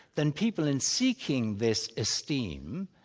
then people in seeking this esteem,